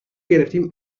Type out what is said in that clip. گرفتهایم